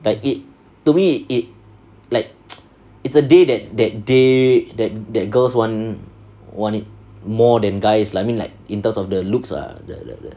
but it to me it like it's a day that that they that that girls want want it more than guys I mean like in terms of the looks lah the the the